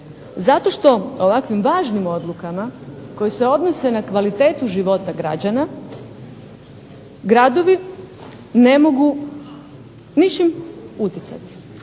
Zato što ovakvim važnim odlukama koji se odnose na kvalitetu života građana gradovi ne mogu ničim utjecati,